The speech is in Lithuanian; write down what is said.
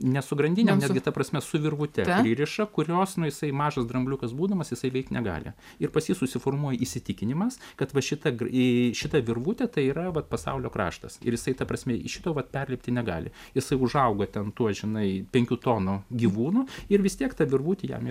ne su grandinėmnet gi ta prasme su virvute pririša kurios nu jisai mažas drambliukas būdamas jisai veikt negali ir pas jį susiformuoja įsitikinimas kad va šita i šita virvutė tai yra vat pasaulio kraštas ir jisai ta prasme šito vat perlipti negali jisai užaugo ten tuo žinai penkių tonų gyvūnu ir vis tiek ta virvutė jam